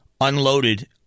unloaded